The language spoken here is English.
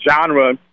genre